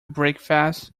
breakfast